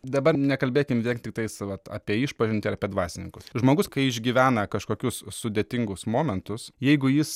dabar nekalbėkim vien tiktais vat apie išpažintį ar apie dvasininkus žmogus kai išgyvena kažkokius sudėtingus momentus jeigu jis